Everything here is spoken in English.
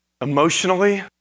emotionally